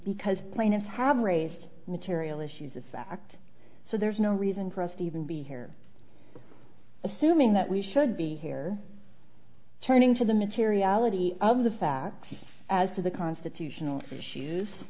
because plaintiffs have raised material issues of fact so there's no reason for us to even be here assuming that we should be here turning to the materiality of the facts as to the constitutional issues